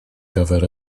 gyfer